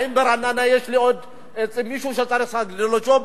האם ברעננה יש לי עוד מישהו ללא ג'וב?